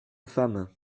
femme